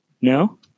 No